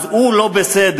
אז הוא לא בסדר,